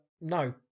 no